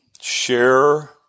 share